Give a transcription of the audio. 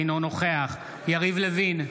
אינו נוכח יריב לוין,